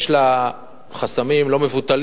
יש לה חסמים לא מבוטלים,